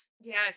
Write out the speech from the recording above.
Yes